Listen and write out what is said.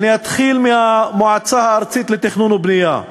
אני אתחיל מהמועצה הארצית לתכנון ובנייה,